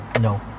No